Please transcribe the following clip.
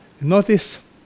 notice